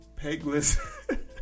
pegless